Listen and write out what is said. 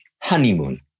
honeymoon